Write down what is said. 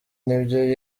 n’ibyo